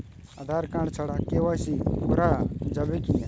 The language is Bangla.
আঁধার কার্ড ছাড়া কে.ওয়াই.সি করা যাবে কি না?